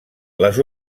les